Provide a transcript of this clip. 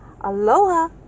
aloha